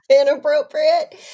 Inappropriate